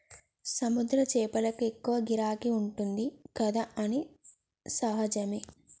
సముద్ర చేపలకు ఎక్కువ గిరాకీ ఉంటది కదా అది సహజమే